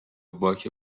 باک